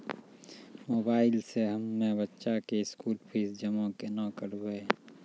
Mobile से हम्मय बच्चा के स्कूल फीस जमा केना करबै?